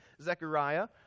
Zechariah